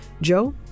Joe